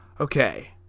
okay